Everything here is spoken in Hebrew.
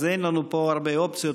אין לנו פה הרבה אופציות,